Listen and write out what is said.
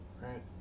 right